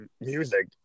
music